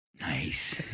Nice